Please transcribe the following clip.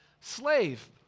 slave